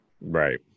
Right